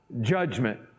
judgment